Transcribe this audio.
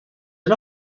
and